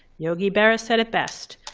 yogi berra said it best.